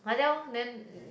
like that orh then